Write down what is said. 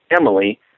Emily